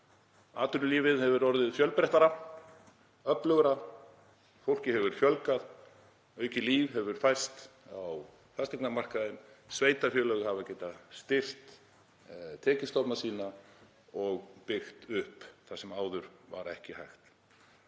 Atvinnulífið hefur orðið fjölbreyttara, öflugra, fólki hefur fjölgað, aukið líf hefur færst á fasteignamarkaðinn, sveitarfélög hafa getað styrkt tekjustofna sína og byggt upp það sem áður var ekki hægt.